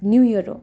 new year हो